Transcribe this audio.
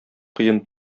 кыен